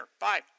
Bye